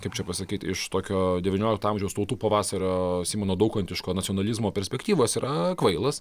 kaip čia pasakyt iš tokio devyniolikto amžiaus tautų pavasario simono daukantiško nacionalizmo perspektyvos yra kvailas